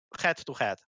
head-to-head